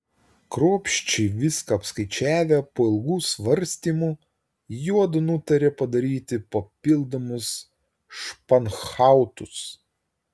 kruopščiai viską apskaičiavę po ilgų svarstymų juodu nutarė padaryti papildomus španhautus